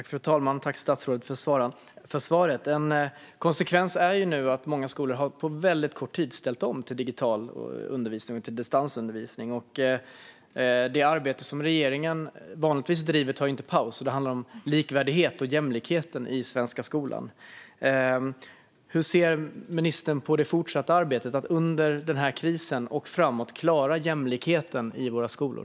Fru talman! Tack, statsrådet, för svaret! En konsekvens är att många skolor nu på väldigt kort tid har ställt om till digital undervisning och distansundervisning. Det arbete som regeringen vanligtvis driver tar inte paus; det handlar om likvärdigheten och jämlikheten i den svenska skolan. Hur ser ministern på det fortsatta arbetet med att under krisen och framåt klara jämlikheten i våra skolor?